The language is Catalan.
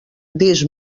dis